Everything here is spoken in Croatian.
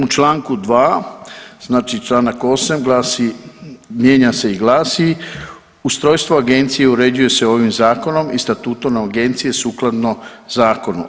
U čl. 2., znači čl. 8. glasi, mijenja se i glasi, ustrojstvo agencije uređuje se ovim zakonom i statutom agencije sukladno zakonu.